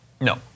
No